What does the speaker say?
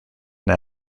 then